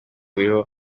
buriho